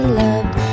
loved